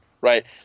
right